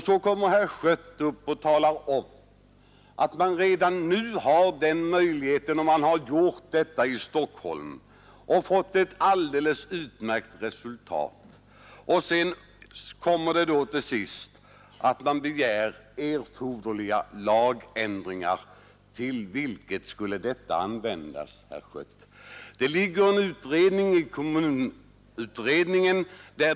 Så kommer herr Schött upp och talar om att man redan nu har denna möjlighet, att man gjort detta i Stockholm och fått ett alldeles utmärkt resultat, och så säger han till sist att man begär erforderliga lagändringar. Till vilket ändamål skulle detta användas, herr Schött? Frågan är under behandling i kommunutredningen.